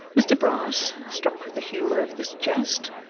mr brass, struck with the humour of this jest,